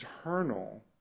eternal